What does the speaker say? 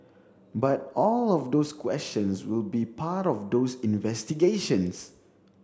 but all of those questions will be part of those investigations